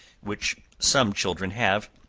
which some children have,